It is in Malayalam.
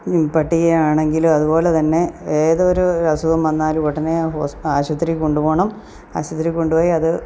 ഞ് പട്ടിയെയാണെങ്കിലും അതുപോലെ തന്നെ ഏതൊരു അസുഖം വന്നാലും ഉടനെ ഹോസ് ആശുപത്രിയിൽ കൊണ്ടു പോകണം ആശുപത്രിയിൽ കൊണ്ടു പോയി അത്